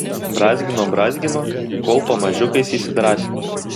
brązgino brązgino kol pamažiukais įsidrąsino